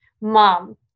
mom